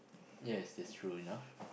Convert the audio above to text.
yes that's true enough